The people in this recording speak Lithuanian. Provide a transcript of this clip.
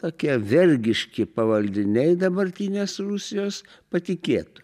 tokie vergiški pavaldiniai dabartinės rusijos patikėtų